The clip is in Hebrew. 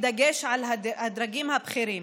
בדגש על הדרגים הבכירים.